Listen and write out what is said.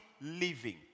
living